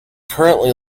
currently